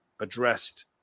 addressed